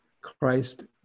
christ